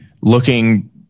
looking